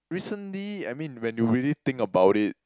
recently I mean when you really think about it